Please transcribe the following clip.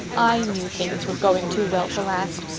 i knew things were going too well to last.